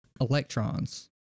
electrons